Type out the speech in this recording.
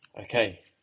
Okay